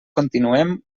continuem